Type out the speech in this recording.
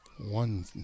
One